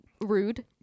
rude